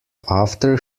after